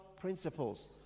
principles